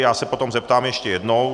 Já se potom zeptám ještě jednou.